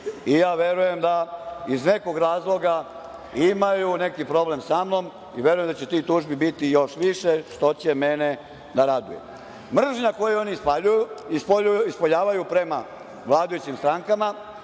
i verujem da iz nekog razloga imaju neki problem sa mnom i verujem da će tih tužbi biti još više, što će mene da raduje. Mržnja koju oni ispoljavaju prema vladajućim strankama